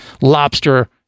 lobster